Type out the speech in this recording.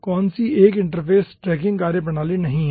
कौन सी एक इंटरफ़ेस ट्रैकिंग कार्यप्रणाली नहीं है